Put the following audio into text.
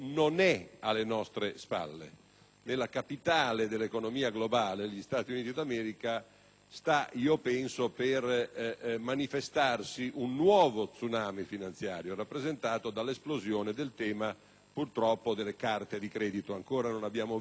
Nella capitale dell'economia globale, gli Stati Uniti d'America, penso si stia per manifestare un nuovo *tsunami* finanziario rappresentato dall'esplosione del tema delle carte di credito: ancora non abbiamo visto l'effetto